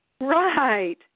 Right